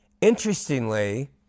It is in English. Interestingly